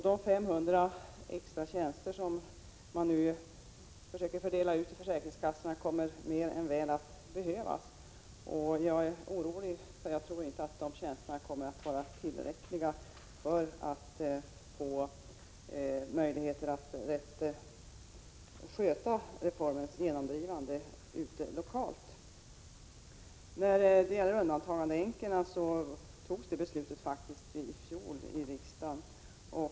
De 500 extra tjänster som man nu försöker fördela på försäkringskassorna kommer mer än väl att behövas. Jag är orolig, för jag tror inte att de tjänsterna kommer att vara tillräckliga för att ge möjligheter att rätt sköta reformens genomförande lokalt. Beslutet rörande en reform för undantagandeänkorna togs faktiskt i riksdagen i fjol.